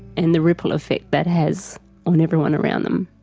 and the ripple effect that has on everyone around them.